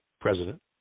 president